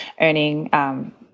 earning